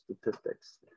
statistics